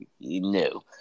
no